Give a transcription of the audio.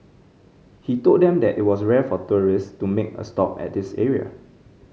he told them that it was rare for tourist to make a stop at this area